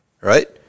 right